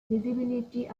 visibility